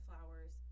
flowers